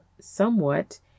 somewhat